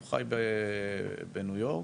הוא חי בניו יורק,